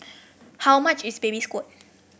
how much is Baby Squid